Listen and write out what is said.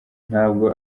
ntabwo